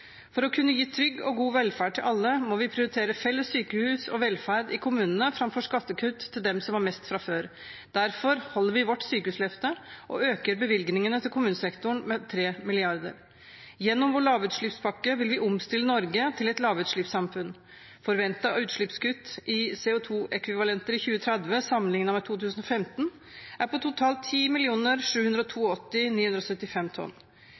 For å kunne gi trygg og god velferd til alle må vi prioritere felles sykehus og velferd i kommunene framfor skattekutt til dem som har mest fra før. Derfor holder vi vårt sykehusløfte og øker bevilgningene ti1 kommunesektoren med 3 mrd. kr. Gjennom vår lavutslippspakke vil vi omstille Norge til et lavutslippssamfunn. Forventet utslippskutt i CO 2 -ekvivalenter i 2030 sammenlignet med 2015 er på totalt 10 782 975 tonn.